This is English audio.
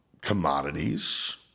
commodities